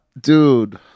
dude